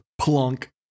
plunk